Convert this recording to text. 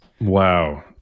Wow